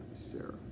Sarah